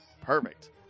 Perfect